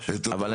אני